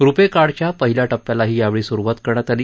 रुपे कार्डच्या पहील्या टप्प्यालाही यावेळी सुरुवात करण्यात आली